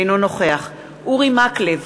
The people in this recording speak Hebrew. אינו נוכח אורי מקלב,